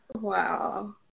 Wow